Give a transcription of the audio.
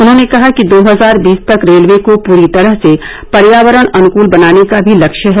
उन्होंने कहा कि दो हजार बीस तक रेलवे को पूरी तरह से पर्यावरण अनुकूल बनाने का भी लक्ष्य है